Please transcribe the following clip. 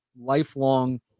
lifelong